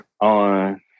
on